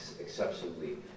exceptionally